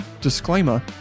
disclaimer